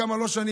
לא לכמה שנים,